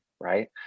right